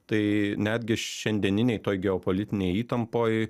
tai netgi šiandieninėj geopolitinėj įtampoj